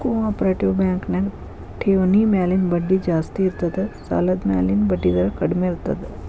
co operative bank ನ್ಯಾಗ ಠೆವ್ಣಿ ಮ್ಯಾಲಿನ್ ಬಡ್ಡಿ ಜಾಸ್ತಿ ಇರ್ತದ ಸಾಲದ್ಮ್ಯಾಲಿನ್ ಬಡ್ಡಿದರ ಕಡ್ಮೇರ್ತದ